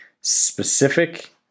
specific